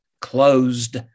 closed